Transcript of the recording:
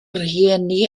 rhieni